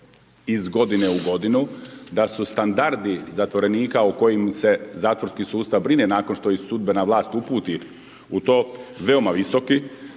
iz godine u godinu, da su standardi zatvorenika o kojim se zatvorski sustav brine nakon što ih sudbena vlast uputi u to, veoma visoki,